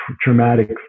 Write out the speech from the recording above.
traumatic